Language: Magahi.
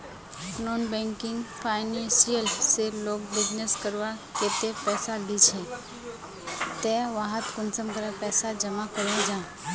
नॉन बैंकिंग फाइनेंशियल से लोग बिजनेस करवार केते पैसा लिझे ते वहात कुंसम करे पैसा जमा करो जाहा?